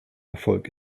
erfolg